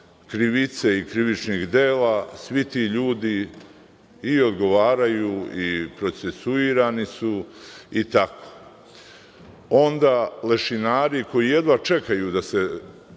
krivice i krivičnih dela, svi ti ljudi i odgovaraju i procesuirani su i tako. Onda lešinari koji jedva čekaju da se